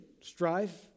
strife